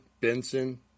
Benson